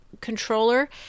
controller